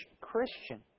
Christian